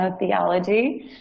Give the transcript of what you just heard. theology